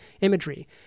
imagery